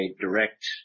direct